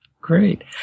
Great